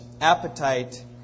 appetite